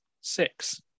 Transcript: six